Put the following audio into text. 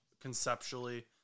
conceptually